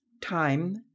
Time